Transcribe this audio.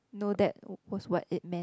know that was what it meant